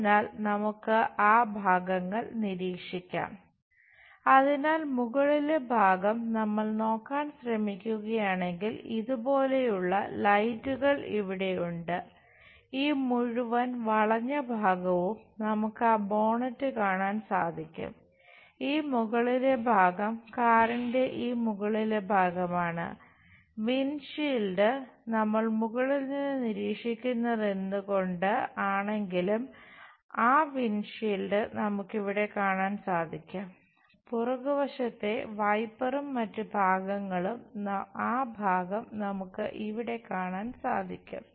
അതിനാൽ നമുക്ക് ആ ഭാഗങ്ങൾ നിരീക്ഷിക്കാം അതിനാൽ മുകളിലെ ഭാഗം നമ്മൾ നോക്കാൻ ശ്രമിക്കുകയാണെങ്കിൽ ഇതുപോലുള്ള ലൈറ്റുകൾ മറ്റ് ഭാഗങ്ങളും ആ ഭാഗം നമുക്ക് ഇവിടെ കാണാൻ സാധിക്കും